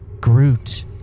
Groot